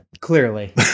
Clearly